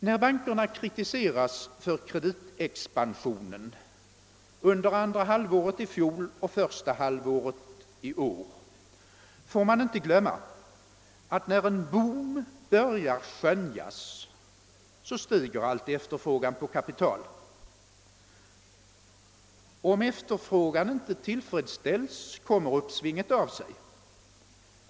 När det gäller kritiken mot bankerna för kreditexpansionen under andra halvåret i fjol och första halvåret 1969 får man inte glömma, att efterfrågan på kapital stiger när en boom börjar skönjas. Om efterfrågan inte tillfredsställs, kommer uppsvinget av sig.